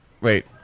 wait